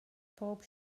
bob